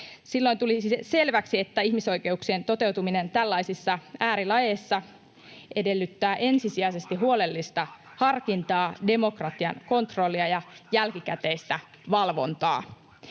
Silloin tuli selväksi, että ihmisoikeuksien toteutuminen tällaisissa äärilaeissa edellyttää ensisijaisesti huolellista harkintaa, demokratian kontrollia ja jälkikäteistä valvontaa.